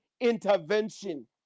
intervention